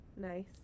Nice